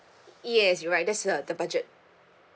yes you're right that's uh the budget